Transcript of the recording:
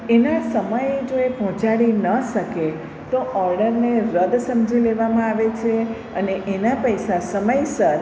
એના સમયે જો એ પહોંચાડી ના શકે તો ઓર્ડરને રદ સમજી લેવામાં આવે છે અને એના પૈસા સમયસર